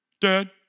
Dad